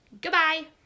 Goodbye